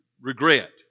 regret